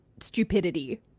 stupidity